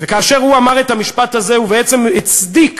וכאשר הוא אמר את המשפט הזה, ובעצם הצדיק